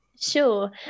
Sure